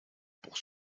pour